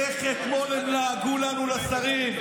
איך אתמול הם לעגו לנו, לשרים.